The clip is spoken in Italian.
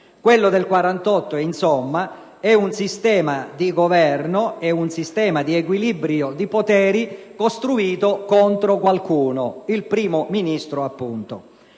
Quello del 1948, insomma, è un sistema di Governo e di equilibrio di poteri costruito contro qualcuno: il Primo ministro.